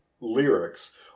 lyrics